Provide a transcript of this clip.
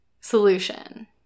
solution